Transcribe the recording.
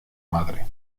madre